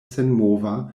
senmova